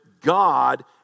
God